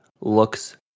looks